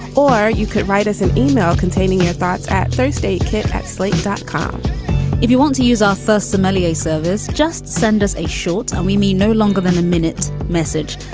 or you could write us an email containing your thoughts at thursday at slate dot com if you want to use our first somalias service, just send us a short and we may no longer than a minute message.